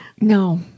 No